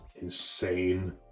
insane